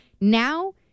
Now